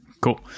Cool